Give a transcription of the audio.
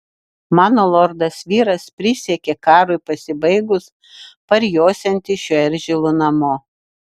mano lordas vyras prisiekė karui pasibaigus parjosiantis šiuo eržilu namo